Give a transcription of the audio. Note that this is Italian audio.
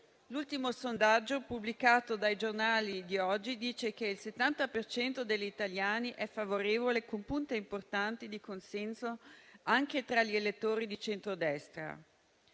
L'ultimo sondaggio pubblicato dai giornali di oggi dice che il 70 per cento degli italiani è favorevole, con punte importanti di consenso anche tra gli elettori di centrodestra.